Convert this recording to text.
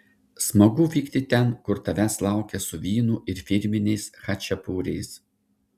smagu vykti ten kur tavęs laukia su vynu ir firminiais chačiapuriais